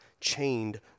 chained